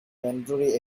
mandatory